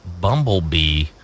Bumblebee